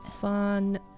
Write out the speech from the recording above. Fun